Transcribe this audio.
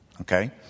Okay